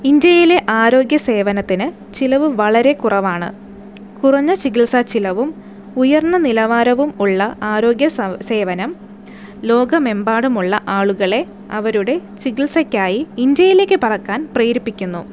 ഇന്ത്യയിലെ ആരോഗ്യ സേവനത്തിന് ചിലവ് വളരെ കുറവാണ് കുറഞ്ഞ ചികിത്സാ ചിലവും ഉയർന്ന നിലവാരവും ഉള്ള ആരോഗ്യ സവ് സേവനം ലോകമെമ്പാടുമുള്ള ആളുകളെ അവരുടെ ചികിത്സയ്ക്കായി ഇന്ത്യയിലേക്ക് പറക്കാൻ പ്രേരിപ്പിക്കുന്നു